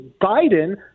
Biden